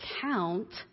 count